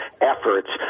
efforts